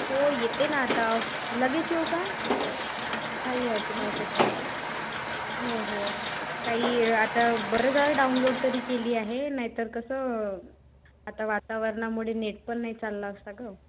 हो येते ना आता लगेच येऊ का झाले आता माझे कामं हो हो काही आता बरं झालं डाउनलोड तरी केली आहे नाही तर कसं आता वातावरणामुळे नेट पण नाही चालला असता गं